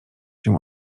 się